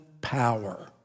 power